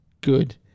good